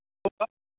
हो का